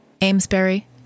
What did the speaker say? Amesbury